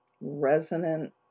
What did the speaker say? resonant